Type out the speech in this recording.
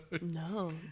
No